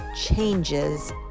Changes